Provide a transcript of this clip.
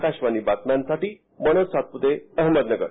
आकाशवाणीच्या बातम्यांसाठी मनोज सातपुते अहमदनगर